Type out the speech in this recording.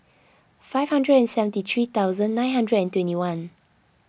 five hundred and seventy three thousand nine hundred and twenty one